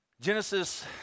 Genesis